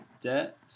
Debt